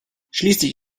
schließlich